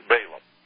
Balaam